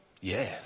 Yes